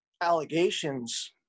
allegations